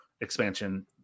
expansion